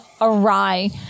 awry